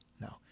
no